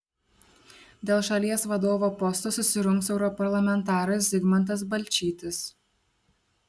dėl šalies vadovo posto susirungs europarlamentaras zigmantas balčytis